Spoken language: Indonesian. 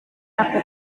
aku